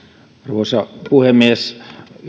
arvoisa puhemies